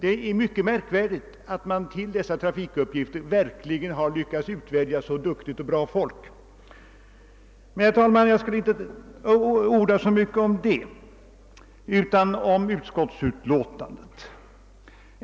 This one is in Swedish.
Det är mycket märkvärdigt att man för dessa trafikuppgifter verkligen lyckats utvälja så duktigt och bra folk. "Men, herr talman, jag skall inte orda mer om detta utan tala om utskottsutlåtandet.